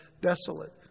desolate